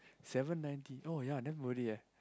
seven ninety no ya damn worth it eh